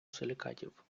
силікатів